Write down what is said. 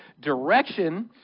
direction